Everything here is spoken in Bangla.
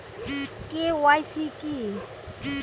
কে.ওয়াই.সি কী?